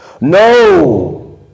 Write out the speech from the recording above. no